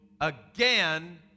again